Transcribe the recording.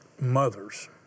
mothers